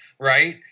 right